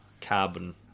carbon